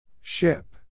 Ship